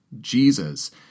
Jesus